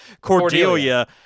Cordelia